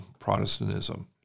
Protestantism